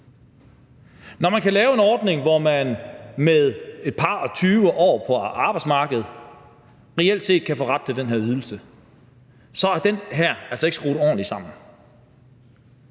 Når man kan lave en ordning, hvor nogen med et par og tyve år på arbejdsmarkedet reelt set kan få ret til den her ydelse, så er den altså ikke skruet ordentligt sammen,